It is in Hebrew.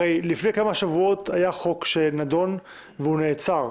הרי לפני כמה שבועות היה חוק שנדון והוא נעצר.